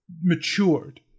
matured